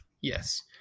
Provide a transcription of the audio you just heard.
Yes